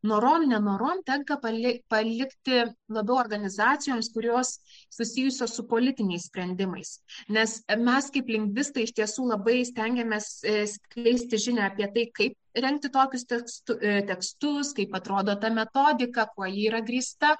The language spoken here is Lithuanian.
norom nenorom tenka pali palikti labiau organizacijoms kurios susijusios su politiniais sprendimais nes mes kaip lingvistai iš tiesų labai stengiamės skleisti žinią apie tai kaip rengti tokius tekstu tekstus kaip atrodo ta metodika kuo yra grįsta